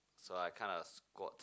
so I kinda squat